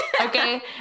Okay